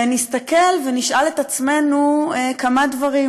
ונסתכל ונשאל את עצמנו כמה דברים.